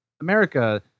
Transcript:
America